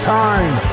time